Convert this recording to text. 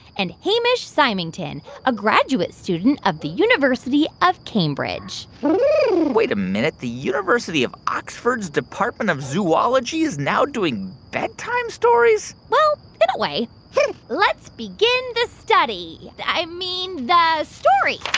and hamish symington, a graduate student of the university of cambridge wait a minute the university of oxford's department of zoology is now doing bedtime stories? well, in a way let's begin the study i mean, the story